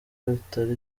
bitari